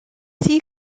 see